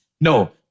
No